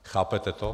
Chápete to?